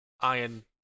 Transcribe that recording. iron